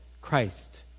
Christ